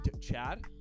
Chad